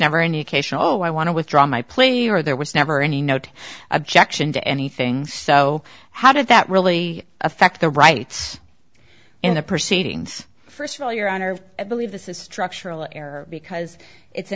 never any occasional i want to withdraw my player there was never any note objection to anything so how did that really affect the rights in the proceedings first of all your honor i believe this is structural error because it's